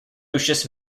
lucius